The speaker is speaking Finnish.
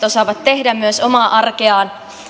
osaavat tehdä myös omaa arkeaan